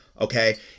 okay